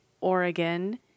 Oregon